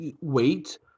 wait